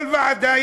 כל ועדה,